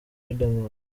riderman